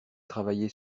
travaillez